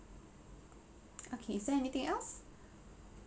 okay is there anything else